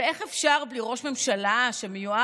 ואיך אפשר בלי ראש הממשלה המיועד,